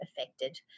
affected